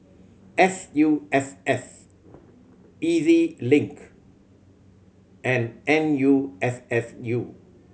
S U S S E Z Link and N U S S U